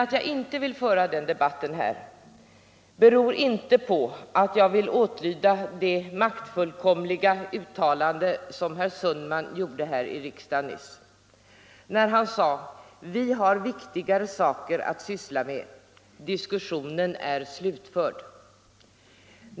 Att jag inte nu vill ge mig in på någon debatt om reklamfinansiering beror däremot inte på att jag tänker åtlyda det maktfullkomliga uttalande som herr Sundman gjorde nyss här i kammaren när han sade att vi har viktigare saker att syssla med. Diskussionen är slutförd.